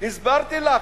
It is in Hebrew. הסברתי לך.